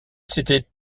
s’était